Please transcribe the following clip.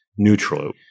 neutral